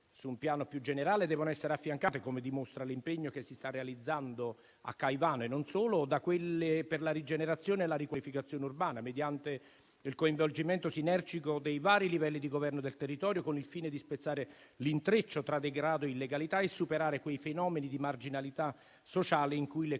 su un piano più generale devono essere affiancate - come dimostra l'impegno che si sta realizzando a Caivano e non solo - da quelle per la rigenerazione e la riqualificazione urbana, mediante il coinvolgimento sinergico dei vari livelli di governo del territorio, con il fine di spezzare l'intreccio tra degrado e illegalità e superare quei fenomeni di marginalità sociale in cui le criminalità